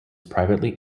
privately